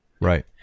Right